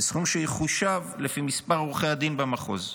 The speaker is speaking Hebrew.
וסכום שיחושב לפי מספר עורכי הדין במחוז.